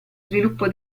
sviluppo